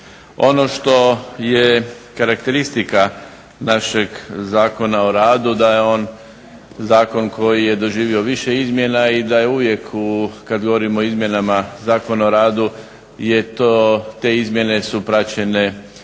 Ono što je karakteristika našeg Zakona o radu da je on zakon koji je doživio više izmjena i da je uvijek kad govorimo o izmjenama Zakona o radu te izmjene su praćene i